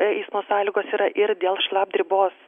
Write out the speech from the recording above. eismo sąlygos yra ir dėl šlapdribos